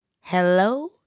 Hello